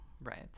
Right